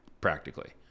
practically